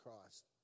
Christ